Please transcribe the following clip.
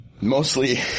mostly